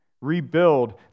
rebuild